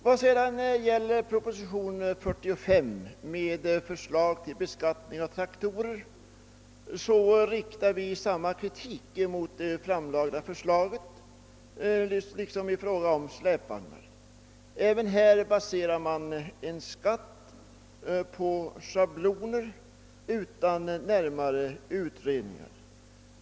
När det gäller propositionen nr 45 med förslag till beskattning av traktorer riktar vi samma kritik mot det framlagda förslaget som i fråga om släpvagnarna. Även här baseras skatten på schabloner utan närmare utredning.